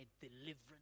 deliverance